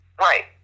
right